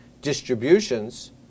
distributions